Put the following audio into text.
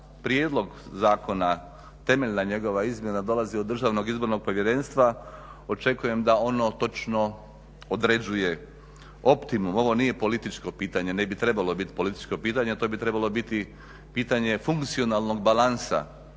prijedlog zakona temeljna njegova izmjena dolazi od DIP-a očekujem da ono točno određuje optimum. Ovo nije političko pitanje, ne bi trebalo biti političko pitanje, to bi trebalo biti pitanje funkcionalnog balansa